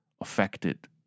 affected